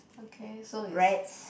okay so is